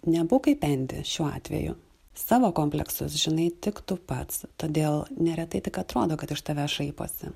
nebūk kaip endi šiuo atveju savo kompleksus žinai tik tu pats todėl neretai tik atrodo kad iš tavęs šaiposi